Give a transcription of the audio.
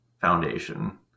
foundation